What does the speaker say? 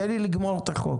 תן לי לגמור את התקנות.